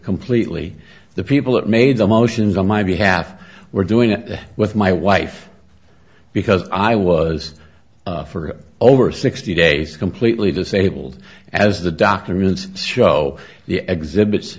completely the people that made the motions on my behalf were doing it with my wife because i was for over sixty days completely disabled as the documents show the exhibits